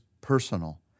personal